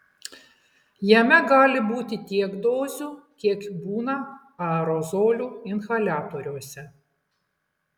jame gali būti tiek dozių kiek jų būna aerozolių inhaliatoriuose